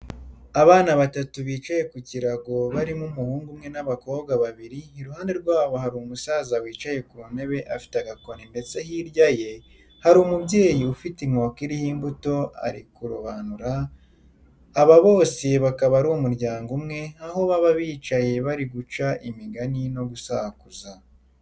Abana batatu bicaye ku kirago barimo umuhungu umwe n'abakobwa babiri, iruhande rwabo hari umusaza wicaye ku ntebe afite agakoni ndetse hirya ye hari umubyeyi ufite inkoko iriho imbuto ari kurobanura, aba bose bakaba ari umuryango umwe aho baba bicaye bari guca imigani no gusakuza.